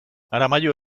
aramaio